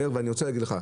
ואני רוצה להגיד לך,